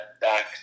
back